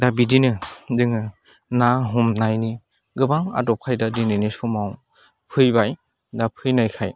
दा बिदिनो जोङो ना हमनायनि गोबां आदब खायदा दिनैनि समाव फैबाय दा फैनायखाय